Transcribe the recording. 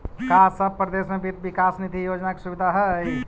का सब परदेश में वित्त विकास निधि योजना के सुबिधा हई?